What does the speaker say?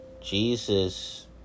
Jesus